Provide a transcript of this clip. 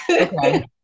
Okay